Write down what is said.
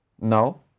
No